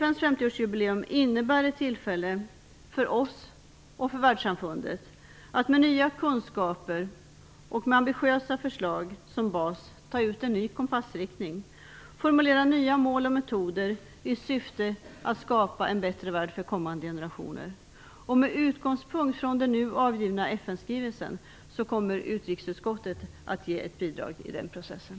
FN:s 50-årsjubileum innebär ett tillfälle för oss och för världssamfundet att med nya kunskaper och med ambitiösa förslag som bas ta ut en ny kompassriktning, formulera nya mål och metoder i syfte att skapa en bättre värld för kommande generationer. Med utgångspunkt från den nu avgivna FN skrivelsen kommer utrikesutskottet att ge ett bidrag i den processen.